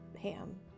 ham